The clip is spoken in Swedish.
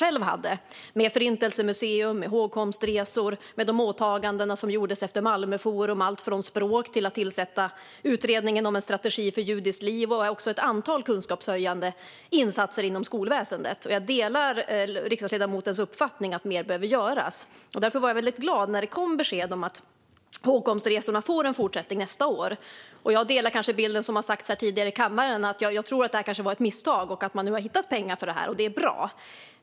Det har handlat om ett förintelsemuseum, hågkomstresor och de åtaganden som gjordes efter Malmöforum - alltifrån språk till att tillsätta utredningen om en strategi för judiskt liv och också ett antal kunskapshöjande insatser inom skolväsendet. Jag delar riksdagsledamotens uppfattning att mer behöver göras. Därför var jag väldigt glad när det kom besked om att hågkomstresorna får en fortsättning nästa år. Jag delar den bild som har framförts här i kammaren tidigare att detta var ett misstag och att man nu har hittat pengar för att rätta till det. Det är bra.